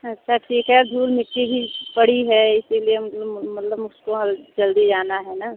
अच्छा ठीक है धूल मिट्टी की पड़ी है इसी लिए मतलब मुझको जल्दी जाना है ना